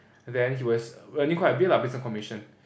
then he was earning quite a bit ah based on commission